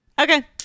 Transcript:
Okay